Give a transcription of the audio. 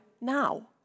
now